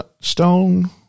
Stone